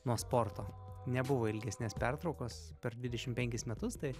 nuo sporto nebuvo ilgesnės pertraukos per dvidešim penkis metus tai